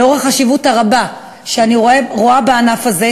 לאור החשיבות הרבה שאני רואה בענף הזה,